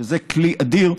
שזה כלי אדיר,